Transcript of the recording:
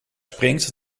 springt